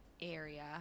area